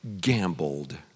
gambled